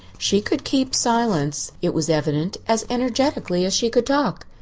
she could keep silence, it was evident, as energetically as she could talk.